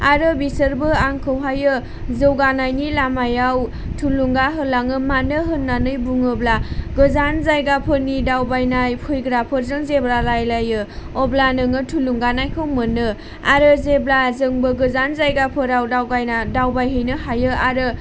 आरो बिसोरबो आंखौहायो जौगानायनि लामायाव थुलुंगा होलाङो मानो होननानै बुङोब्ला गोजान जायगाफोरनि दावबायनाय फैग्राफोरजों जेब्ला रायज्लायो अब्ला नोङो थुलुंगानायखौ मोनो आरो जेब्ला जोंबो गोजान जायगाफोरा दावगायना दावबायहैनो हायो आरो